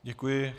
Děkuji.